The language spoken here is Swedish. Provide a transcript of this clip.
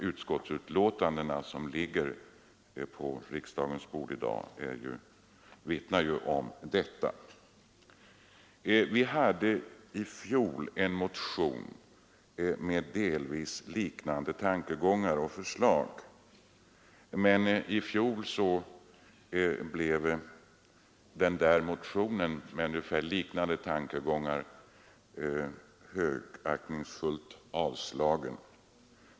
Utskottsbetänkandena som ligger på riksdagens bord i dag vittnar ju om detta. I fjol hade vi en motion med delvis liknande tankegångar och förslag. Då blev emellertid den motionen högaktningsfullt avslagen.